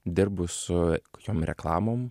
dirbu su kokiom reklamom